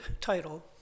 title